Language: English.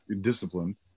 discipline